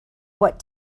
what